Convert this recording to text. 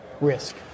risk